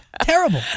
terrible